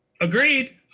Agreed